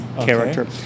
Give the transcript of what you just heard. character